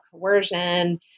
coercion